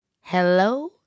hello